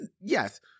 yes